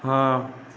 ହଁ